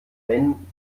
wenn